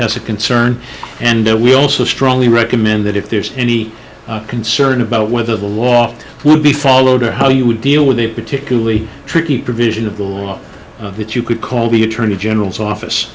has a concern and we also strongly recommend that if there's any concern about whether the law would be followed or how you would deal with a particularly tricky provision of the op that you could call the attorney general's office